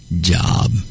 job